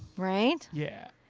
right. yeah.